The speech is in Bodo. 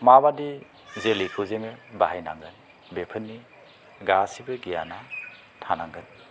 माबायदि जोलैखौ जोङो बाहायनांगोन बेफोरनि गासैबो गियाना थानांगोन